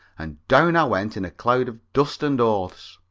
and down i went in a cloud of dust and oaths.